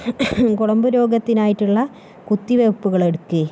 കുളമ്പു രോഗത്തിനായിട്ടുള്ള കുത്തിവെപ്പുകള് എടുക്കുകയും